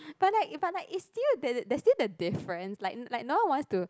but like but like it's still there's still the difference like like no one wants to